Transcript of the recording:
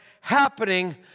happening